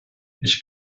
ich